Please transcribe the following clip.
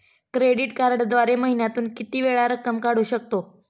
Credit कार्डद्वारे महिन्यातून मी किती वेळा रक्कम काढू शकतो?